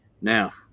Now